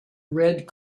red